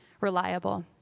reliable